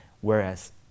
whereas